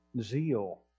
zeal